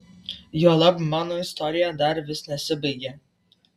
juolab mano istorija dar vis nesibaigė